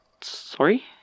Sorry